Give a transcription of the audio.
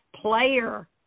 player